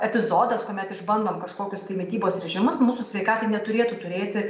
epizodas kuomet išbandom kažkokius tai mitybos režimus mūsų sveikatai neturėtų turėti